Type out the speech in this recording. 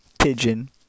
Pigeon